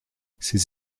ses